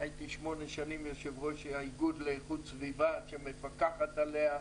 הייתי שמונה שנים יושב ראש האיגוד לאיכות סביבה שמפקח עליה.